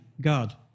God